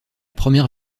première